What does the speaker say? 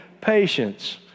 patience